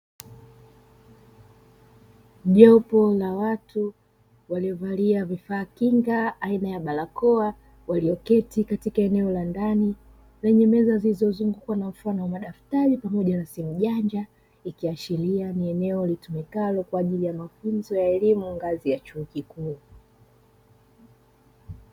Jopo la watu waliovalia vifaa kinga aina ya barakoa , walioketi katika eneo la ndani lenye meza zilizozungukwa na mfano wa madaftari pamoja na simu janja, ikihashiria ni eneo litumikalo kwaajili ya elimu ngazi ya chuo kikuu.